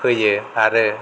होयो आरो